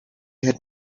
had